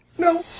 no.